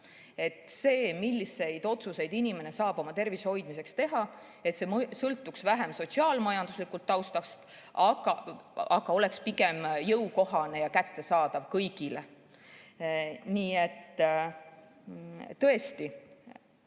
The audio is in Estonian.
et see, milliseid otsuseid inimene saab oma tervise hoidmiseks teha, sõltuks vähem sotsiaal-majanduslikust taustast, oleks pigem jõukohane ja kättesaadav kõigile. Siin saalis